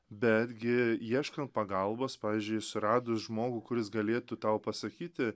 betgi ieškant pagalbos pavyzdžiui suradus žmogų kuris galėtų tau pasakyti